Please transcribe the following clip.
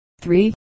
three